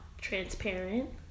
Transparent